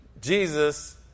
Jesus